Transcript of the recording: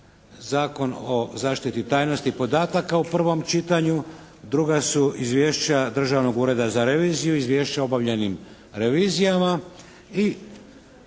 Zakon o zaštiti tajnosti podataka u prvom čitanju. Druga su Izvješća Državnog ureda za reviziju, Izvješća o obavljenim revizijama.